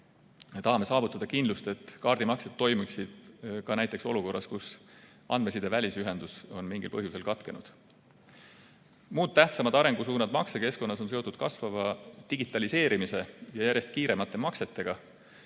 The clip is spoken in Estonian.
Me tahame saavutada kindlust, et kaardimaksed toimiksid ka näiteks olukorras, kus andmeside välisühendus on mingil põhjusel katkenud. Muud tähtsamad arengusuunad maksekeskkonnas on seotud kasvava digitaliseerimise ja järjest kiiremate maksetega.